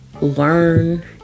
learn